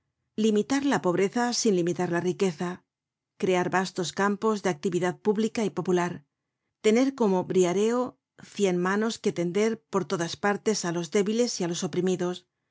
limitar la pobreza sin limitar la riqueza crear vastos campos de actividad pública y popular tener como briareo cien manos que tender por todas partes á los débiles y á los oprimidos